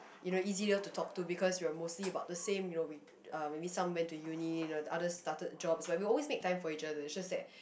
you know easier to talk to because you are mostly about the same you know we uh maybe some went to uni and others started jobs but we always make time for each other it's just that